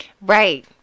right